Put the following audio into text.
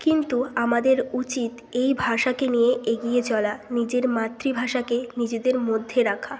কিন্তু আমাদের উচিত এই ভাষাকে নিয়ে এগিয়ে চলা নিজের মাতৃভাষাকে নিজেদের মধ্যে রাখা